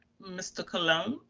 mr. colon. um